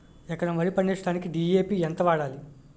ఎకరం వరి పండించటానికి డి.ఎ.పి ఎంత వాడాలి?